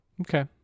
Okay